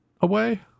away